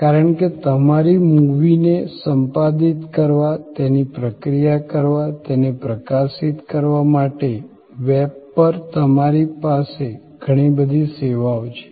કારણ કે તમારી મૂવીને સંપાદિત કરવા તેની પ્રક્રિયા કરવા તેને પ્રકાશિત કરવા માટે વેબ પર તમારી પાસે ઘણી બધી સેવાઓ છે